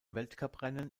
weltcuprennen